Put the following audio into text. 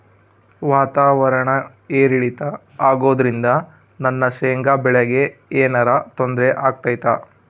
ವಾತಾವರಣ ಏರಿಳಿತ ಅಗೋದ್ರಿಂದ ನನ್ನ ಶೇಂಗಾ ಬೆಳೆಗೆ ಏನರ ತೊಂದ್ರೆ ಆಗ್ತೈತಾ?